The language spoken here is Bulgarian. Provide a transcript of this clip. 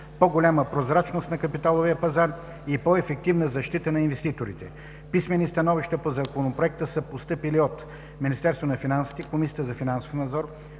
по-голяма прозрачност на капиталовия пазар и по-ефективна защита на инвеститорите. Писмени становища по Законопроекта са постъпили от Министерството на финансите, Комисията за финансов надзор,